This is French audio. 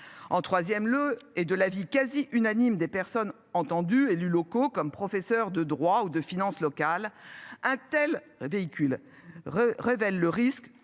en troisième le et de l'avis quasi unanime des personnes entendues élus locaux comme professeur de droit ou de finances locales un tel véhicule. Révèle le risque